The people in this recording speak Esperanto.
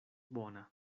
bona